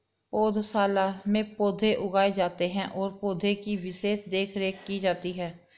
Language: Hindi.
पौधशाला में पौधे उगाए जाते हैं और पौधे की विशेष देखरेख की जाती है